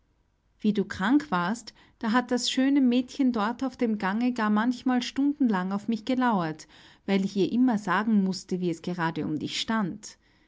wie du krank warst da hat das schöne mädchen dort auf dem gange gar manchmal stundenlang auf mich gelauert weil ich ihr immer sagen mußte wie es gerade um dich stand